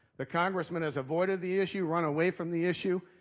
the congressman has avoided the issue, run away from the issue,